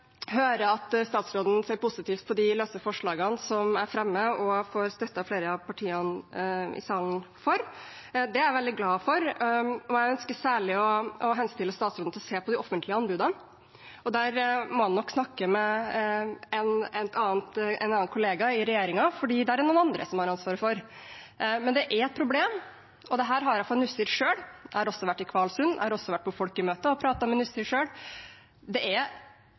høre at statsråden ser positivt på de løse forslagene jeg fremmer, og som jeg får støtte for av flere av partiene i salen. Det er jeg veldig glad for, og jeg ønsker særlig å henstille statsråden til å se på de offentlige anbudene. Der må han nok snakke med en annen kollega i regjeringen, for det er det noen andre som har ansvaret for. Men dette er et problem, og det har jeg fra Nussir selv. Jeg har også vært i Kvalsund. Jeg har også vært på folkemøte og pratet med Nussir selv. Det er